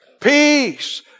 Peace